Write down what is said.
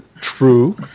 True